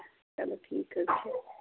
چلو ٹھیٖک حظ چھُ